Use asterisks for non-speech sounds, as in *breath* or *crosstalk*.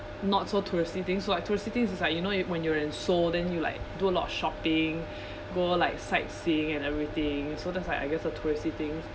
not so touristy things so like touristy things is like you know you when you're in seoul then you like do a lot of shopping *breath* go like sightseeing and everything so that's like I guess the touristy things